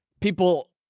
people